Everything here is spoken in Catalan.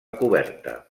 coberta